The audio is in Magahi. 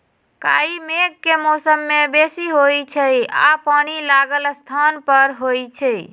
काई मेघ के मौसम में बेशी होइ छइ आऽ पानि लागल स्थान पर होइ छइ